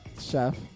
Chef